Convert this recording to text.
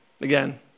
Again